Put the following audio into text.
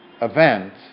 event